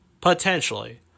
Potentially